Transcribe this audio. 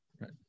Right